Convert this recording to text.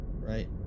right